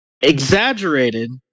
exaggerated